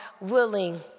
willing